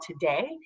today